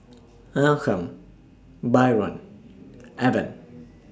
Malcolm Byron Evan